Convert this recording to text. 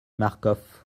marcof